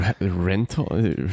rental